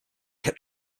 kept